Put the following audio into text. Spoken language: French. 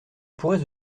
pourrais